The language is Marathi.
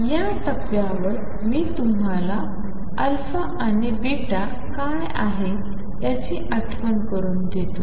या टप्प्यावर मी तुम्हाला आणि काय आहे याची आठवण करून देतो